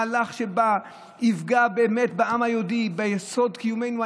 מהלך שיפגע באמת בעם היהודי, ביסוד קיומנו.